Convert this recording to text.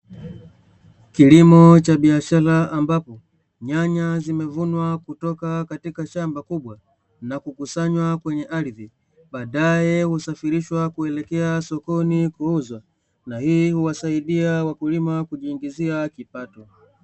Kilimo cha biashara ambapo nyanya zimevunwa kutoka katika shamba kubwa na kukusanywa, kwenye ardhi baadae husafirishwa kuelekea sokoni kuuzwa na hii huwasaidia wakulima kujiingizia kipato.